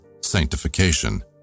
Sanctification